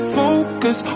focus